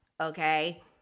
okay